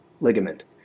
ligament